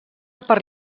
per